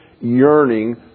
yearning